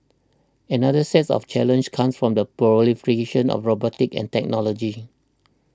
another set of challenge comes from the proliferation of robotics and technology